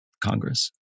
Congress